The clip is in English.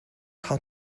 how